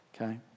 Okay